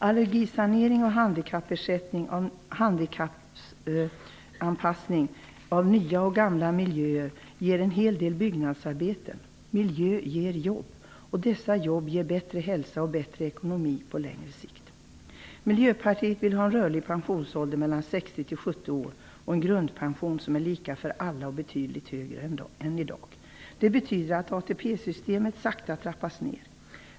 Allergisanering och handikappanpassning av nya och gamla miljöer ger en hel del byggnadsarbeten. Miljö ger jobb, och dessa jobb ger bättre hälsa och bättre ekonomi på längre sikt. Miljöpartiet vill ha en rörlig pensionsålder mellan 60-70 år och en grundpension som är lika för alla och betydligt högre än i dag. Det betyder att ATP systemet sakta trappas ner.